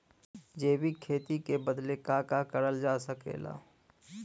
जैविक खेती बदे का का करल जा सकेला?